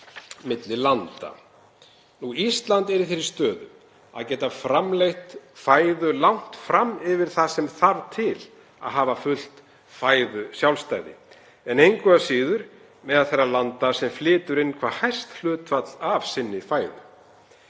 milli landa. Ísland er í þeirri stöðu að geta framleitt fæðu langt umfram það sem þarf til að hafa fullt fæðuöryggi en er engu að síður meðal þeirra landa sem flytja inn hvað hæst hlutfall af sinni fæðu.